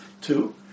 two